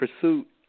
Pursuit